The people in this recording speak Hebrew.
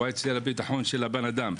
הביטחון של האדם,